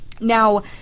Now